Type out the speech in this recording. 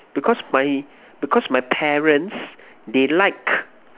because my because my parents they liked